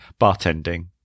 bartending